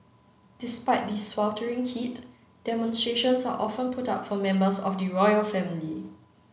despite the sweltering heat demonstrations are often put up for members of the royal family